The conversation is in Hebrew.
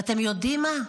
ואתם יודעים מה?